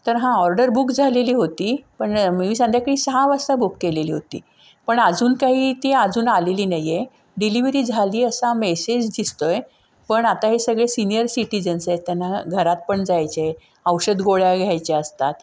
तर हां order book झालेली होती पण मी संध्याकाळी सहा वाजता बुक केलेली होती पण अजून काही ती अजून आलेली नाही आहे डिलिव्हरी झाली असा मेसेज दिसतो आहे पण आता हे सगळे सिनियर सिटीजन्स आहेत त्यांना घरात पण जायचे आहे औषध गोळ्या घ्यायच्या असतात